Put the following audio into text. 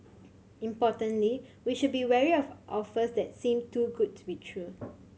importantly we should be wary of offers that seem too good to be true